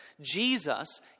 Jesus